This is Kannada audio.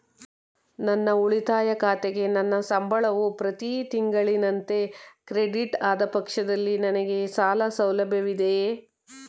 ನನ್ನ ಉಳಿತಾಯ ಖಾತೆಗೆ ನನ್ನ ಸಂಬಳವು ಪ್ರತಿ ತಿಂಗಳಿನಂತೆ ಕ್ರೆಡಿಟ್ ಆದ ಪಕ್ಷದಲ್ಲಿ ನನಗೆ ಸಾಲ ಸೌಲಭ್ಯವಿದೆಯೇ?